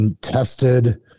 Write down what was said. tested